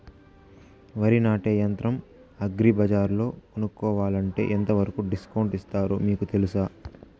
వరి నాటే యంత్రం అగ్రి బజార్లో కొనుక్కోవాలంటే ఎంతవరకు డిస్కౌంట్ ఇస్తారు మీకు తెలుసా?